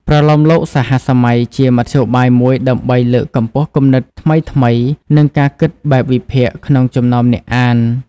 ប្រលោមលោកសហសម័យជាមធ្យោបាយមួយដើម្បីលើកកម្ពស់គំនិតថ្មីៗ និងការគិតបែបវិភាគក្នុងចំណោមអ្នកអាន។